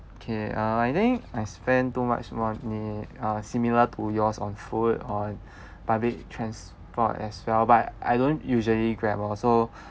okay uh I think I spend too much money uh similar to yours on food on public transport as well but I don't usually grab also